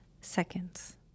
seconds